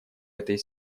этой